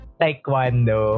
taekwondo